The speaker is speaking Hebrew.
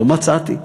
לא מצאתי.